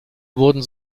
wurden